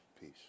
Peace